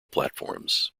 platforms